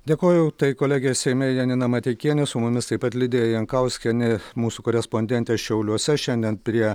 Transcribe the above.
dėkoju tai kolegė seime janina mateikienė su mumis taip pat lidija jankauskienė mūsų korespondentė šiauliuose šiandien prie